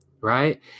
right